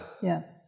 Yes